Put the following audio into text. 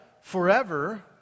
forever